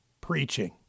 preaching